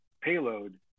payload